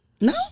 No